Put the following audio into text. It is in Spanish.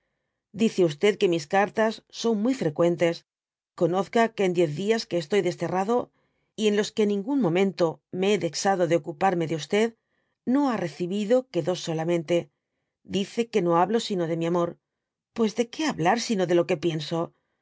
dice que mis cartas son muy freqüentes conozca que en diez dias que estoj desterrado y en los que ningún momento me bé dezado de ocuparme de no ba recibido que dos solamente dice que nq hablo sino de mi amoty pues de que bablar sino de lo que pienso